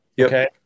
okay